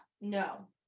no